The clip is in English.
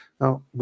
Now